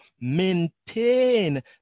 maintain